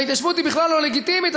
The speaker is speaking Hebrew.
ואז ההתיישבות היא בכלל לא לגיטימית.